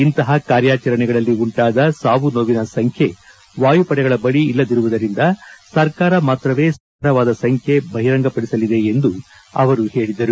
ಇಂತಹ ಕಾರ್ಯಾಚರಣೆಗಳಲ್ಲಿ ಉಂಟಾದ ಸಾವು ನೋವಿನ ಸಂಬ್ದೆ ವಾಯುಪಡೆಗಳ ಬಳಿ ಇಲ್ಲದಿರುವುದರಿಂದ ಸರ್ಕಾರ ಮಾತ್ರವೇ ಸಾವು ನೋವಿನ ನಿಖರವಾದ ಸಂಖ್ಯೆ ಬಹಿರಂಗಪಡಿಸಲಿದೆ ಎಂದು ಅವರು ಹೇಳಿದರು